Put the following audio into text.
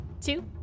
two